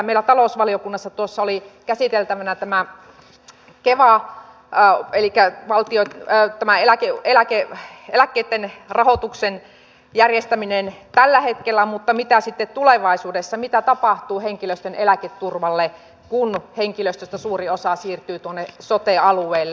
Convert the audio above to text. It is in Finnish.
meillä talousvaliokunnassa oli käsiteltävänä tämä keva eli tämä eläkkeitten rahoituksen järjestäminen tällä hetkellä mutta mitä sitten tulevaisuudessa tapahtuu henkilöstön eläketurvalle kun henkilöstöstä suuri osa siirtyy tuonne sote alueille